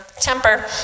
temper